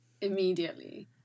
immediately